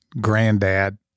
granddad